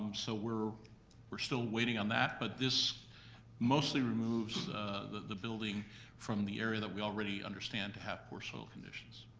um so we're we're still waiting on that, but this mostly removed the building from the area that we already understand to have poor soil conditions.